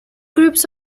groups